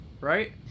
Right